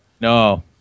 No